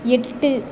எட்டு